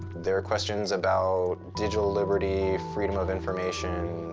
there were questions about digital liberty, freedom of information,